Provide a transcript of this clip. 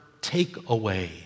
takeaway